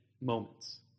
moments